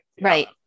right